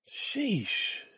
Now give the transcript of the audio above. sheesh